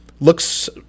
looks